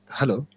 hello